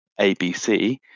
ABC